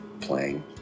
playing